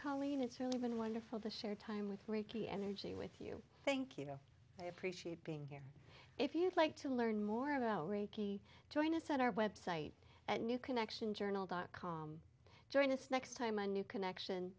colleen it's really been wonderful to share time with reiki energy with you thank you i appreciate being here if you'd like to learn more about reiki join us on our website at new connection journal dot com join us next time a new connection